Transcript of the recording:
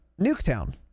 Nuketown